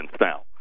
now